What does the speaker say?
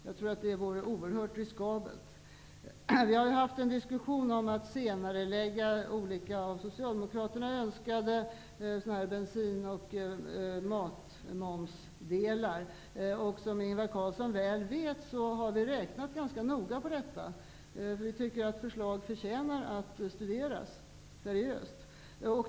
Jag tror att det vore oerhört riskabelt. Vi har haft en diskussion om att senarelägga olika av socialdemokraterna önskade bensin och matmomspålagor. Som Ingvar Carlsson väl vet har vi räknat ganska noga på detta. Vi tycker att förslag förtjänar att studeras seriöst.